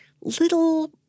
little